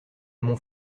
mon